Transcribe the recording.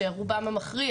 רובם המכריע,